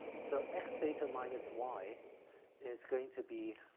so x theta minus y is going to be,